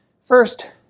first